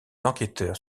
enquêteurs